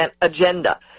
agenda